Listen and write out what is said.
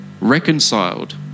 reconciled